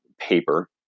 paper